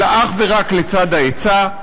אלא אך ורק לצד ההיצע.